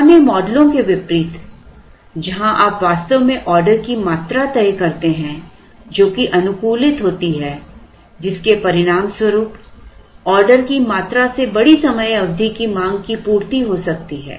पुराने मॉडलों के विपरीत जहां आप वास्तव में ऑर्डर की मात्रा तय करते हैं जो कि अनुकूलित होती है जिसके परिणामस्वरूप ऑर्डर की मात्रा से बड़ी समय अवधि की मांग की पूर्ति हो सकती है